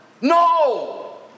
No